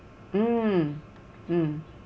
mm mm